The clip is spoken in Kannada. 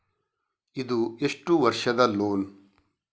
ಇದು ಎಷ್ಟು ವರ್ಷದ ಲೋನ್?